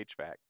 HVAC